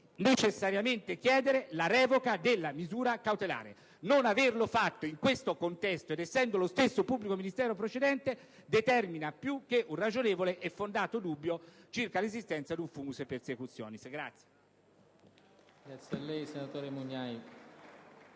necessariamente chiedere la revoca della misura cautelare. Non averlo fatto, in questo contesto ed essendo lo stesso pubblico ministero procedente, determina più che un ragionevole e fondato dubbio circa l'esistenza di un *fumus persecutionis*.